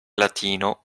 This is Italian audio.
latino